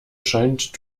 scheint